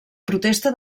protesta